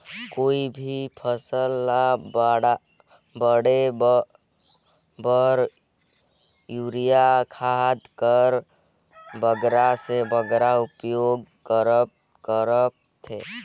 कोई भी फसल ल बाढ़े बर युरिया खाद कर बगरा से बगरा उपयोग कर थें?